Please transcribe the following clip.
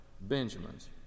Benjamin's